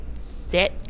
set